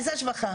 איזה השבחה?